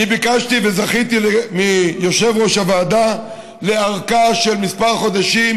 אני ביקשתי וזכיתי מיושב-ראש הוועדה לארכה של כמה חודשים